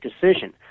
decision